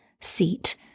seat